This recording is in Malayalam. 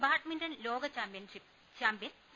ബാഡ്മിന്റൺ ലോകചാമ്പ്യൻ പി